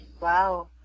Wow